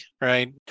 right